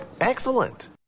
Excellent